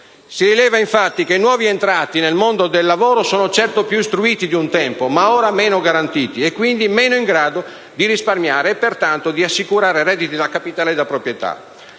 Si rileva, infatti, che i nuovi entrati nel mondo del lavoro sono certo più istruiti di un tempo, ma ora meno garantiti, quindi meno in grado di risparmiare e, pertanto, di assicurare redditi da capitale e da proprietà.